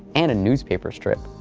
and a newspaper strip.